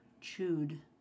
chewed